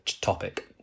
topic